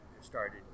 started